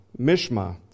Mishma